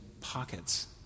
pockets